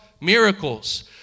miracles